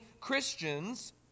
Christians